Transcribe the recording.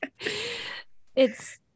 it's-